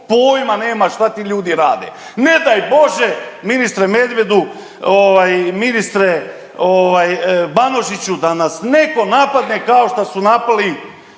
pojma nema šta ti ljudi rade. Ne daj bože ministre Medvedu, ministre Banožiću da nas netko napadne kao što su napali